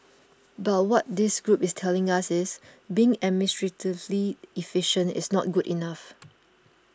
but what this group is telling us is being administratively efficient is not good enough